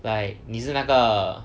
like 你是那个